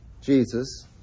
Jesus